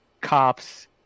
cops